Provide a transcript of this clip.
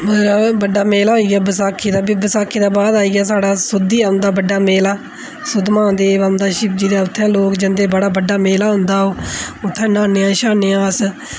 बड्डा मेला होई आ बसाखी दा फ्ही बसाखी दे आई गेआ साढ़ा सुद्धी औंदा बड्डा मेला सुद्ध महादेव औंदा शिवजी दा उत्थै लोक जंदे बड़ा बड्डा मेला होंदा ओह् उत्थै न्हाने आं श्हाने अस